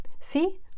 See